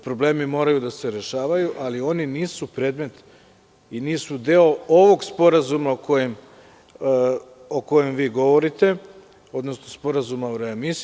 Problemi moraju da se rešavaju, ali oni nisu predmet i nisu deo ovog sporazuma o kojem vi govorite, odnosno Sporazuma o readmisiji.